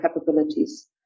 capabilities